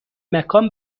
مکان